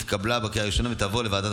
התקבלה בקריאה הראשונה ותעבור לוועדת